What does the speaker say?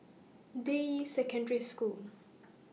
Deyi Secondary School